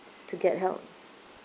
to get help